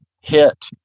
hit